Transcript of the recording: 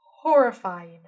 horrifying